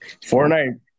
Fortnite